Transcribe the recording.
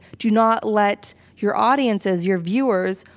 do not let your audiences, your viewers,